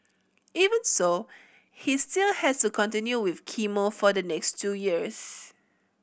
even so he still has to continue with chemo for the next two years